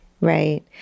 Right